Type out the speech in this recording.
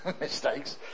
mistakes